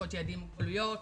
זכויות ילדים עם מוגבלויות,